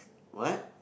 what